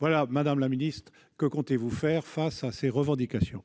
Madame la secrétaire d'État, que comptez-vous faire face à ces revendications ?